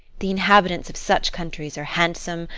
the inhabitants of such countries are handsome,